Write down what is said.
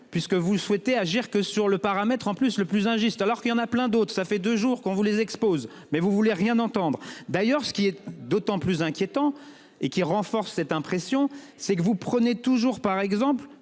puisque vous souhaitez agir que sur le paramètre en plus le plus injuste, alors qu'il y en a plein d'autres. Ça fait deux jours qu'on vous les expose. Mais vous voulez rien entendre d'ailleurs ce qui est d'autant plus inquiétant et qui renforce cette impression c'est que vous prenez toujours par exemple